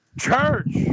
Church